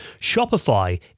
Shopify